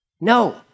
No